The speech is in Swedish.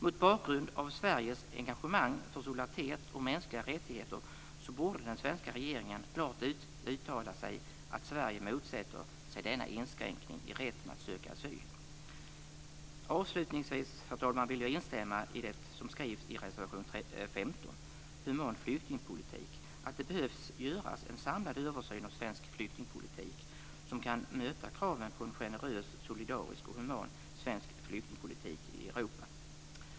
Mot bakgrund av Sveriges engagemang för solidaritet och mänskliga rättigheter borde den svenska regeringen klart uttala att Sverige motsätter sig denna inskränkning i rätten att söka asyl. Herr talman! Avslutningsvis vill jag instämma i det som skrivs i reservation nr 15 om human flyktingpolitik, att det behöver göras en samlad översyn av svensk flyktingpolitik som kan möta kraven på en generös, solidarisk och human svensk flyktingpolitik i Europa.